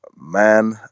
man